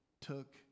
took